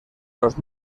los